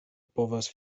povas